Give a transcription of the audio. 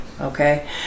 Okay